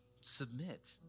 submit